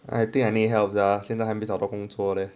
I think I need help their 现在还没找到工作 leh